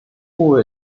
部位